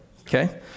okay